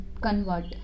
convert